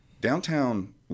Downtown